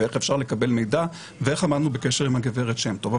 איך אפשר לקבל מידע ואיך עמדנו בקשר עם הגברת שם טוב.